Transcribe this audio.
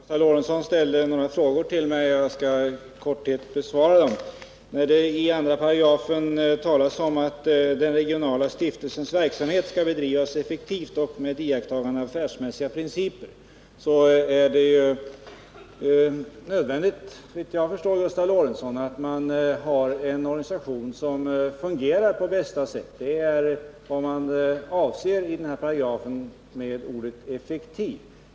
Herr talman! Gustav Lorentzon ställde några frågor till mig. Jag skall i korthet besvara dem. Det talas i 2 § om att den regionala stiftelsens verksamhet skall bedrivas effektivt och med iakttagande av affärsmässiga principer. Det är, såvitt jag förstår, nödvändigt att man har en organisation som fungerar på bästa sätt. Och det är vad man avser med ordet effektivt i denna paragraf.